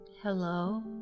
Hello